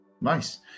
nice